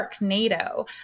Nato